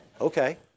Okay